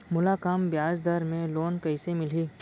मोला कम ब्याजदर में लोन कइसे मिलही?